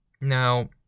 now